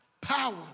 Power